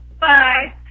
Bye